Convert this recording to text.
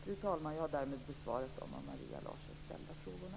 Fru talman! Jag har därmed besvarat de av Maria Larsson ställda frågorna.